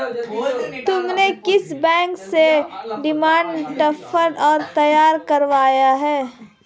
तुमने किस बैंक से डिमांड ड्राफ्ट तैयार करवाया है?